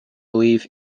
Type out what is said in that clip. leaf